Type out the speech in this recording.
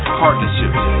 partnerships